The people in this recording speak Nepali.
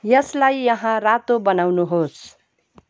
यसलाई यहाँ रातो बनाउनुहोस्